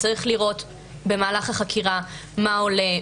צריך לראות במהלך החקירה מה עולה,